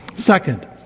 Second